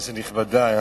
כנסת נכבדה,